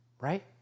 right